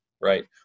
right